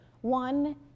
One